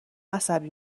عصبی